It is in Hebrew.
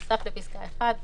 בנוסף לפסקה (1),